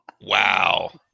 Wow